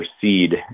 proceed